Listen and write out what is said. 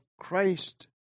Christ